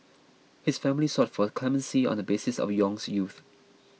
his family sought for clemency on the basis of Yong's youth